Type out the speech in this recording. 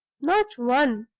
not one!